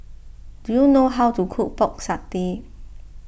do you know how to cook Pork Satay